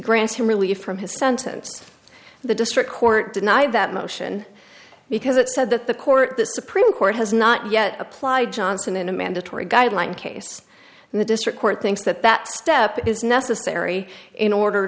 grant him relief from his sentence the district court denied that motion because it said that the court the supreme court has not yet applied johnson in a mandatory guideline case and the district court thinks that that step is necessary in order